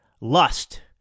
Lust